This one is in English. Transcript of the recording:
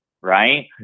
right